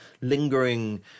lingering